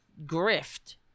grift